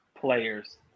players